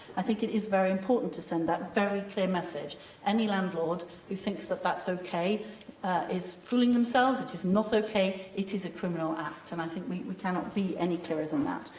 i think it is very important to send that very clear message any landlord who thinks that that's okay is fooling themselves. it is not okay. it is a criminal act, and i think we cannot be any clearer than that.